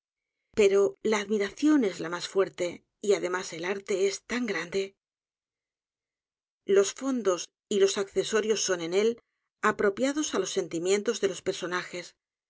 pero la admiración es la más fuerte y además el a r t e es tan g r a n d e los fondos y los accesorios son en él apropiados á los sentimientos de los personajes